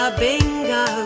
bingo